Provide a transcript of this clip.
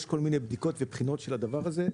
יש כל מיני בדיקות ובחינות של הדבר הזה,